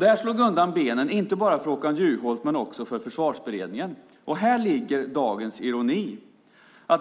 Det här slog undan benen inte bara för Håkan Juholt utan också för Försvarsberedningen. Här ligger dagens ironi.